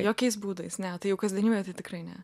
jokiais būdais ne tai jau kasdienybėj tai tikrai ne